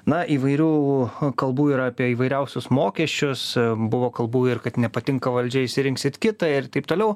na įvairių kalbų yra apie įvairiausius mokesčius buvo kalbų ir kad nepatinka valdžia išsirinksit kitą ir taip toliau